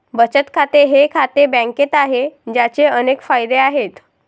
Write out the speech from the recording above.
बचत खाते हे खाते बँकेत आहे, ज्याचे अनेक फायदे आहेत